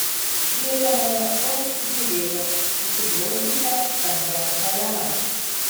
prietemoje vos įžiūrėjo prisiglaudusią kampe heleną